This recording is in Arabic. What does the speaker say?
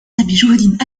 بجهد